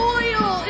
oil